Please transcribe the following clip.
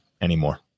anymore